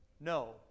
No